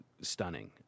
stunning